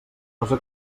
cosa